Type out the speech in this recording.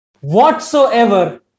whatsoever